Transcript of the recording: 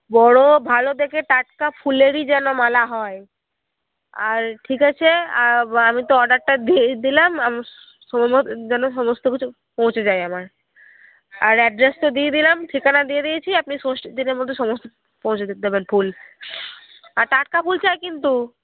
বড় ভালো দেখে টাটকা ফুলেরই যেন মালা হয় আর ঠিক আছে আমি তো অর্ডারটা দিয়েই দিলাম যেন সমস্ত কিছু পৌঁছে যায় আমার আর অ্যাড্রেসটা দিয়ে দিলাম ঠিকানা দিয়ে দিয়েছি আপনি ষষ্ঠীর দিনের মধ্যে সমস্ত পৌঁছে দেবেন ফুল আর টাটকা ফুল চাই কিন্তু